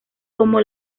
como